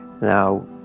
Now